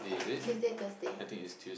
Tuesday Thursday